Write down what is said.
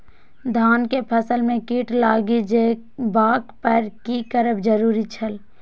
धान के फसल में कीट लागि जेबाक पर की करब जरुरी छल?